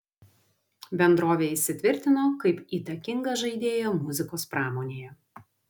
bendrovė įsitvirtino kaip įtakinga žaidėja muzikos pramonėje